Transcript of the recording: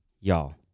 y'all